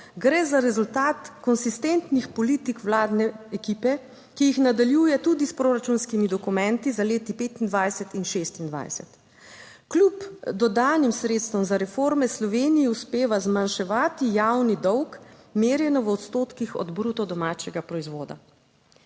gre za rezultat konsistentnih politik vladne ekipe, ki jih nadaljuje tudi s proračunskimi dokumenti z leti 2025 in 2026. Kljub dodanim sredstvom za reforme Sloveniji uspeva zmanjševati javni dolg, merjeno v odstotkih, od bruto domačega proizvoda.